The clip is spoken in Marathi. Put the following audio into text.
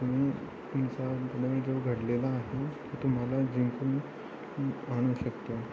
तुम्ही तुमचा जो घडलेला आहे तो तुम्हाला जिंकून आणू शकतो